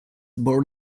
born